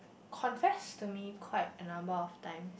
confessed to me quite a number of times